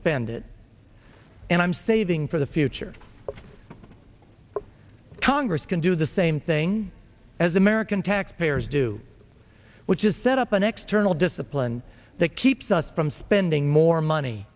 spend it and i'm saving for the future congress can do the same thing as american taxpayers do which is set up an external discipline that keeps us spending more money